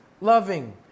loving